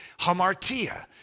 hamartia